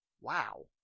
Wow